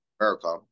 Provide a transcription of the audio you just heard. America